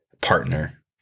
partner